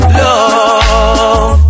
love